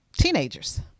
teenagers